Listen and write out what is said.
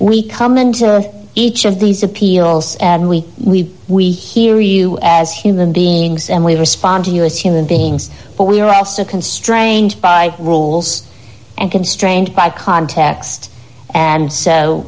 we come into each of these appeals and we we we hear you as human beings and we respond to you as human beings but we are also constrained by rules and constrained by context and so